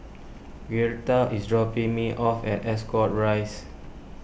Girtha is dropping me off at Ascot Rise